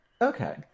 okay